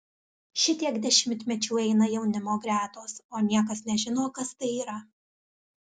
šitiek dešimtmečių eina jaunimo gretos o niekas nežino kas tai yra